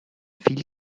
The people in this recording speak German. viel